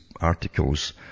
articles